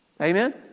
Amen